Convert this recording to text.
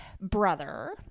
brother